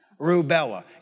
Rubella